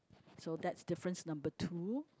so that's difference number two